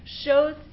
shows